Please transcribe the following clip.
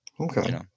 okay